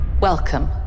Welcome